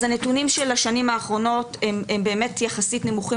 אז הנתונים של השנים האחרונות הם באמת יחסית נמוכים